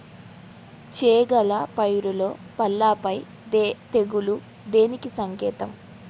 చేగల పైరులో పల్లాపై తెగులు దేనికి సంకేతం?